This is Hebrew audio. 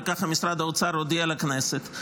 וכך משרד האוצר הודיע לכנסת,